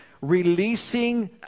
releasing